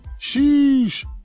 Sheesh